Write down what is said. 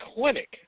clinic